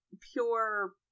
pure